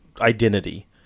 identity